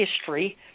history